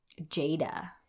Jada